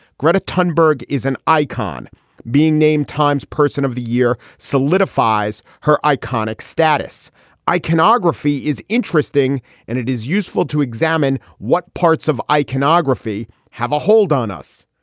gretta nunberg is an icon being named time's person of the year solidifies her iconic status iconography is interesting and it is useful to examine what parts of iconography have a hold on us.